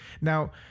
Now